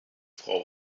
frau